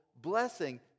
blessing